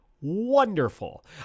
wonderful